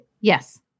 Yes